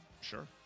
sure